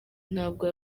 ntabwo